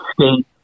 State